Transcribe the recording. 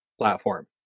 platform